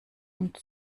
und